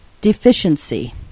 deficiency